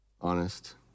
honest